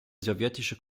sowjetische